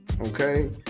okay